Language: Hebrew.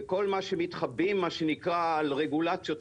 וכל מה שמתחבאים מה שנקרא על רגולציות.